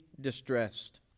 distressed